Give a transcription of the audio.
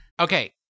Okay